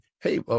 hey